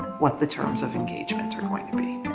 what the terms of engagement are going to be.